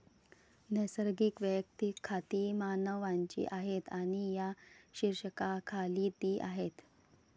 नैसर्गिक वैयक्तिक खाती मानवांची आहेत आणि या शीर्षकाखाली ती आहेत